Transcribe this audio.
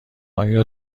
آیا